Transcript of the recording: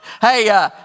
Hey